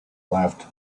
laughed